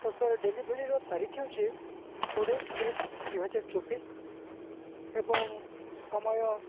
ତ ସାର୍ ଡେଲିଭରିର ତାରିଖ ହେଉଛି କୋଡ଼ିଏ ତିନି ଦୁଇହଜାର ଚବିଶି ଏବଂ ସମୟ